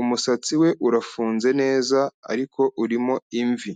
umusatsi we urafunze neza, ariko urimo imvi.